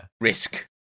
risk